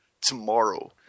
Tomorrow